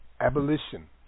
Abolition